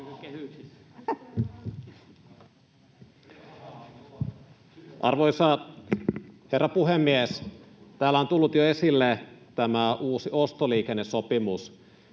Arvoisa herra puhemies! Täällä on tullut jo esille tämä uusi ostoliikennesopimus,